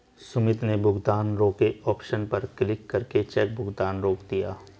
सुमित ने भुगतान रोके ऑप्शन पर क्लिक करके चेक भुगतान रोक दिया